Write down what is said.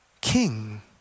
king